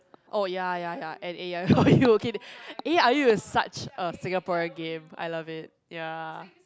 oh ya ya ya and A E I O U is such a Singaporean game I love it ya